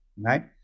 right